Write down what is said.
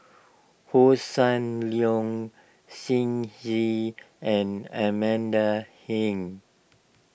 Hossan Leong Shen Xi and Amanda Heng